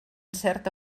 certa